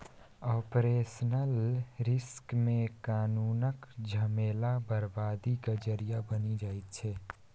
operational risk मे कानुनक झमेला बरबादीक जरि बनि जाइ छै